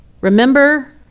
Remember